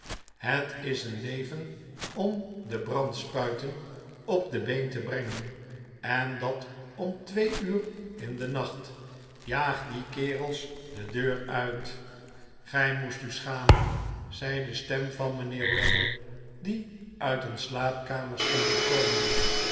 het is een leven om de brandspuiten op de been te brengen en dat om twee uur in den nacht jaag die kerels de deur uit gij moest u schamen zei de stem van mijnheer raddle die uit een slaapkamer scheen te komen